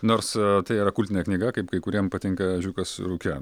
nors tai yra kultinė knyga kaip kai kuriems patinka ežiukas rūke